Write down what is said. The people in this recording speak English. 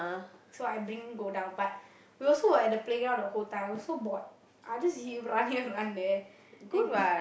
so I bring go down but we also at the playground the whole time it was so board I just see run here run there and